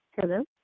Hello